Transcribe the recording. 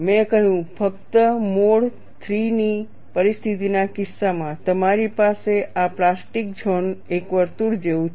મેં કહ્યું ફક્ત મોડ III ની પરિસ્થિતિના કિસ્સામાં તમારી પાસે આ પ્લાસ્ટિક ઝોન એક વર્તુળ જેવું છે